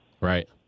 Right